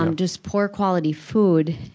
um just poor quality food,